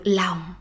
lòng